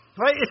right